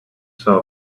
saw